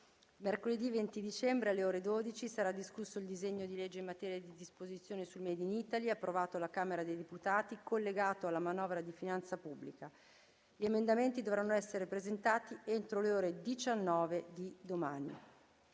Mercoledì 20 dicembre, alle ore 12, sarà discusso il disegno di legge in materia di disposizioni sul made in Italy, approvato dalla Camera dei deputati, collegato alla manovra di finanza pubblica. Gli emendamenti dovranno essere presentati entro le ore 19 di domani.